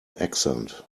accent